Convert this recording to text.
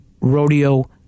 Rodeo